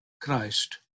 Christ